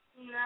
No